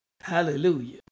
Hallelujah